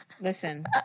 Listen